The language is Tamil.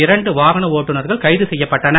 இரண்டு வாகன ஓட்டுநர்கள் கைது செய்யப்பட்டனர்